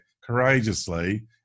courageously